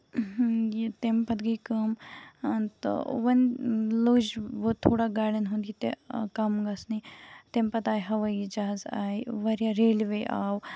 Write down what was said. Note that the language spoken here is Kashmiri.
یہِ تَمہِ پَتہٕ گٔے کٲم تہٕ وۄنۍ لٔجۍ تھوڑا گاڑین ہُند یہِ تہِ کَم گژھنہٕ تَمہِ پَتہٕ آیہِ ہَوٲیی آیہِ واریاہ ریلوے آو